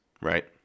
right